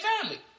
family